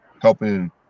helping